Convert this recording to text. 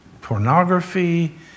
pornography